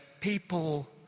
people